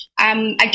Again